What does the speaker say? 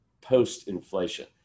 post-inflation